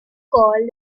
called